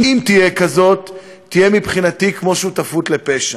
אם תהיה כזאת, תהיה מבחינתי כמו שותפות לפשע.